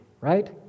right